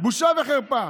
בושה וחרפה.